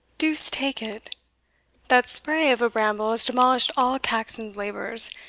deuce take it that spray of a bramble has demolished all caxon's labours,